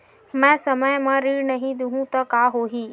मैं समय म ऋण नहीं देहु त का होही